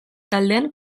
taldean